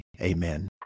Amen